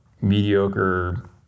mediocre